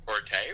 okay